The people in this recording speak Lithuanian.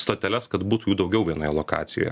stoteles kad būtų jų daugiau vienoje lokacijoje